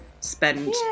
spend